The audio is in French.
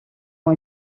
ont